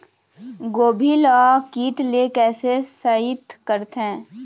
गोभी ल कीट ले कैसे सइत करथे?